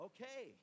Okay